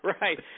Right